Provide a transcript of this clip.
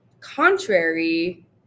contrary